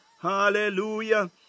hallelujah